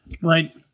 right